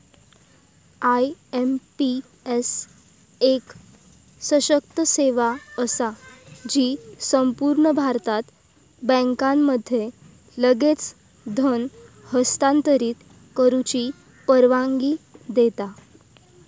IMPS एक सशक्त सेवा असा जी संपूर्ण भारतात बँकांमध्ये लगेच धन हस्तांतरित करुची परवानगी देता